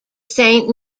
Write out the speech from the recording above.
saint